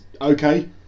Okay